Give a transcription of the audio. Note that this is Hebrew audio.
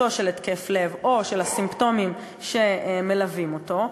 התקף לב או של הסימפטומים המלווים אותו,